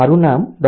મારું નામ ડો